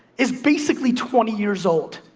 is basically twenty years old.